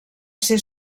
ser